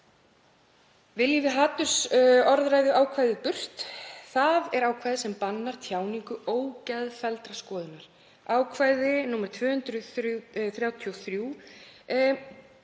Viljum við hatursorðræðuákvæðið burt? Það er ákvæði sem bannar tjáningu ógeðfelldrar skoðunar, ákvæði nr. 233